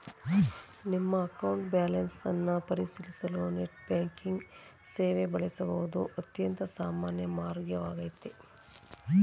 ನಿಮ್ಮ account balance ಅನ್ನ ಪರಿಶೀಲಿಸಲು ನೆಟ್ ಬ್ಯಾಂಕಿಂಗ್ ಸೇವೆ ಬಳಸುವುದು ಅತ್ಯಂತ ಸಾಮಾನ್ಯ ಮಾರ್ಗವಾಗೈತೆ